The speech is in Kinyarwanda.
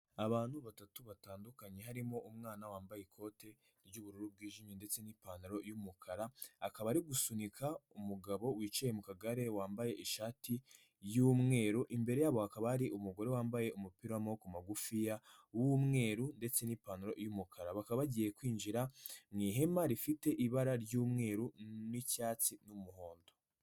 Abantu batatu batandukanye harimo umwana wambaye ikote ry'ubururu bwijimye ndetse n'ipantaro y'umukara, akaba ari gusunika umugabo wicaye mu kagare wambaye ishati y'umweru imbere yabo hakaba hari umugore wambaye umupira w'amaboko magufiya w'umweru ndetse n'ipantaro y'umukara, bakaba bagiye kwinjira mu ihema rifite ibara ry'umweru n'icyatsi n'umuhondo